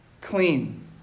clean